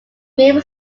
cream